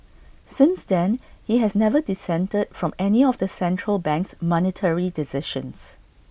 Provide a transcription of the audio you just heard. since then he has never dissented from any of the central bank's monetary decisions